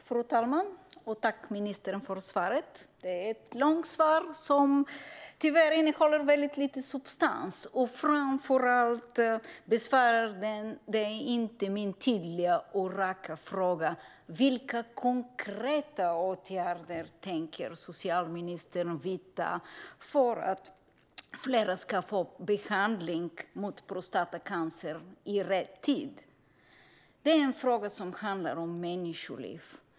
Fru talman! Tack för svaret, ministern! Det är ett långt svar som tyvärr har väldigt lite substans. Framför allt besvaras inte min tydliga och raka fråga: Vilka konkreta åtgärder tänker socialministern vidta för att fler ska få behandling mot prostatacancer i rätt tid? Det handlar om människoliv.